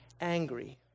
angry